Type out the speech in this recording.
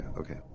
okay